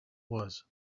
was